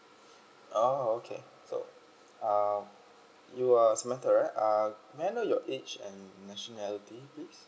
oh okay so uh you are samantha right uh may I know your age and nationality please